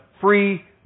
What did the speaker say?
free